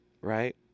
right